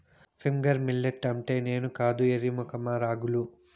finger millet అంటే నేను కాదు ఎర్రి మొఖమా రాగులు